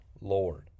Lord